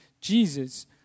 Jesus